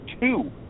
two